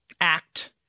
act